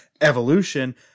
Evolution